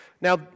Now